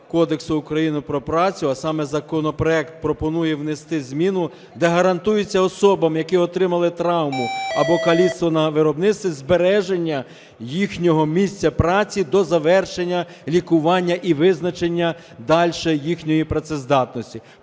Кодексу України про працю, а саме законопроект пропонує внести зміну, де гарантується особам, які отримали травму або каліцтво на виробництві, збереження їхнього місця праці до завершення лікування і визначення дальше їхньої працездатності.